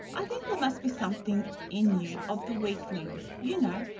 i think there must be something in you of the weakling, you know,